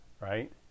Right